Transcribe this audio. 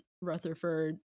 Rutherford